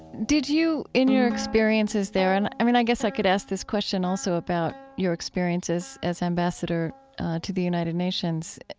did you in your experiences there, and i mean, i guess i could ask this question also about your experiences as ambassador to the united nations.